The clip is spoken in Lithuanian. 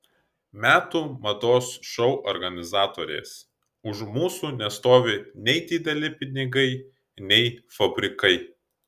metų mados šou organizatorės už mūsų nestovi nei dideli pinigai nei fabrikai